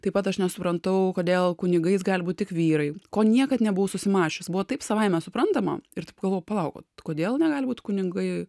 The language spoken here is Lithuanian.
taip pat aš nesuprantu kodėl kunigais gali būti tik vyrai ko niekad nebuvau susimąsčius buvo taip savaime suprantama ir taip galvoju palauk kodėl negali būt kunigai